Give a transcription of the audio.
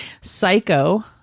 Psycho